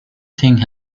thing